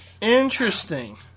Interesting